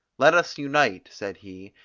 let us unite, said he,